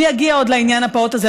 אני אגיד עוד לעניין הפעוט הזה,